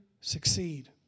succeed